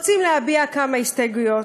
רוצים להביע כמה הסתייגויות,